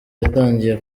yatangiye